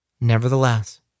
Nevertheless